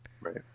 Right